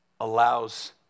allows